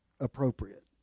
appropriate